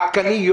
עדכני,